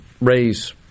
raise